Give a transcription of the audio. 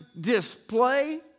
display